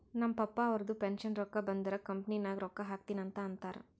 ನಮ್ ಪಪ್ಪಾ ಅವ್ರದು ಪೆನ್ಷನ್ ರೊಕ್ಕಾ ಬಂದುರ್ ಕಂಪನಿ ನಾಗ್ ರೊಕ್ಕಾ ಹಾಕ್ತೀನಿ ಅಂತ್ ಅಂತಾರ್